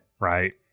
right